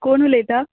कोण उलयता